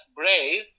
brave